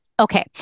Okay